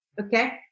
Okay